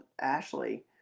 Ashley